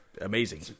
amazing